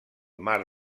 mar